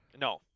No